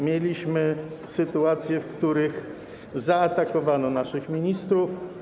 Mieliśmy sytuacje, w których zaatakowano naszych ministrów.